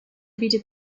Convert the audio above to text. bietet